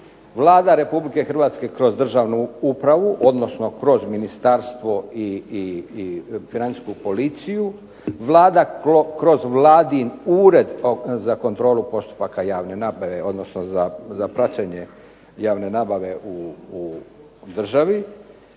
Vlada Republike Hrvatske kroz državnu upravu odnosno kroz ministarstvo i financijsku policiju, Vlada kroz Vladin Ured za kontrolu postupaka javne nabave odnosno za praćenje javne nabave u državi.